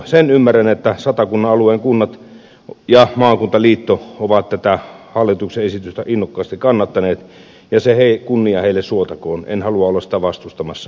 sen ymmärrän että satakunnan alueen kunnat ja maakuntaliitto ovat tätä hallituksen esitystä innokkaasti kannattaneet ja se kunnia heille suotakoon en halua olla sitä vastustamassa